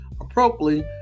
appropriately